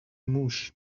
موش